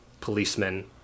policemen